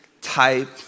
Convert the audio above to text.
type